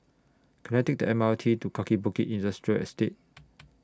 Can I Take The M R T to Kaki Bukit Industrial Estate